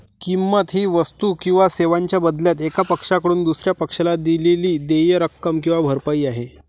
किंमत ही वस्तू किंवा सेवांच्या बदल्यात एका पक्षाकडून दुसर्या पक्षाला दिलेली देय रक्कम किंवा भरपाई आहे